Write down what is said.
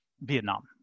Vietnam